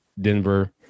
Denver